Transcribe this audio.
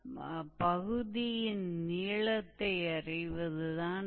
तो हम शुरू करते हैं तो ठीक है रेक्टीफिकेशन